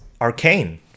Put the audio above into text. Arcane